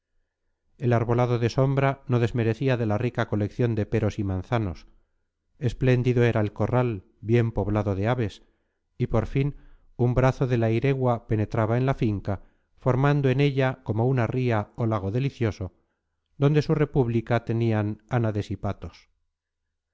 el arbolado de sombra no desmerecía de la rica colección de peros y manzanos espléndido era el corral bien poblado de aves y por fin un brazo de la iregua penetraba en la finca formando en ella como una ría o lago delicioso donde su república tenían ánades y patos